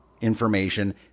information